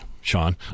Sean